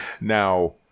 Now